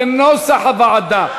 כנוסח הוועדה.